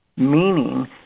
meaning